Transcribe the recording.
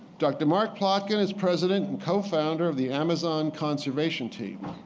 dr. mark plotkin is president and co-founder of the amazon conservation team.